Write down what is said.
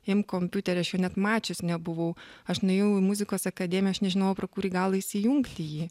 imk kompiuterį aš jo net mačius nebuvau aš nuėjau į muzikos akademiją aš nežinojau pro kurį galą įsijungti jį